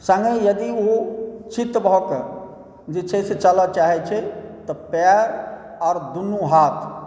सङ्गहि यदि ओ चित भऽ कऽ चलऽ चाहै छै तऽ पैर आओर दुनू हाथ